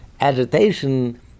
agitation